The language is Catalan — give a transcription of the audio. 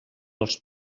els